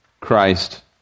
Christ